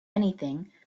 anything